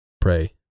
pray